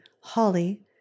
holly